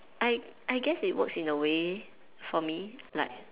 I I guess it works in the way for me like